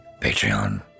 Patreon